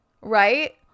right